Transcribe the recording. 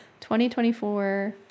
2024